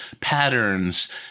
patterns